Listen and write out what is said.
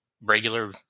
regular